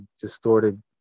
distorted